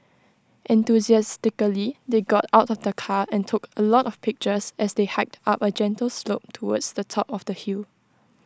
enthusiastically they got out of the car and took A lot of pictures as they hiked up A gentle slope towards the top of the hill